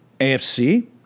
AFC